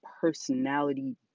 personality